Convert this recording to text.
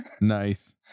Nice